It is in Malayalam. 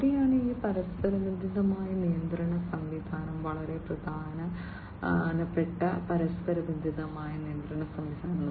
അവിടെയാണ് ഈ പരസ്പരബന്ധിതമായ നിയന്ത്രണ സംവിധാനം വളരെ പ്രധാനപ്പെട്ട പരസ്പരബന്ധിതമായ നിയന്ത്രണ സംവിധാനവും